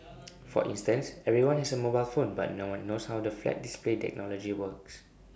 for instance everyone has A mobile phone but no one knows how the flat display technology works